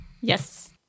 Yes